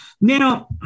now